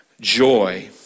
joy